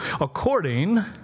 according